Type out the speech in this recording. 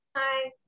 Hi